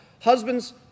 Husbands